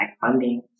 funding